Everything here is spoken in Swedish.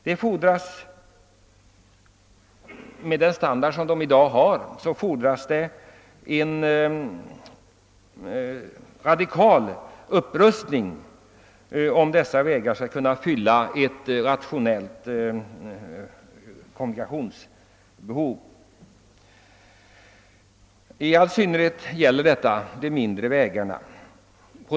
Med hänsyn till deras standard i dag fordras en radikal upprustning, om de på ett rationellt sätt skall kunna fylla behovet. I all synnerhet gäller detta de mindre vägarna.